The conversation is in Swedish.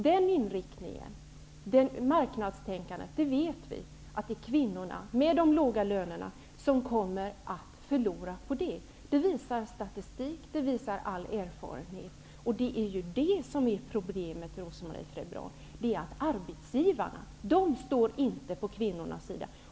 Det är kvinnorna med de låga lönerna som kommer att förlora på den inriktningen, det marknadstänkandet. Det visar statistik. Det visar all erfarenhet. Problemet är, Rose-Marie Frebran, att arbetsgivarna inte står på kvinnornas sida.